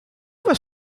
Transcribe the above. was